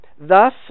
Thus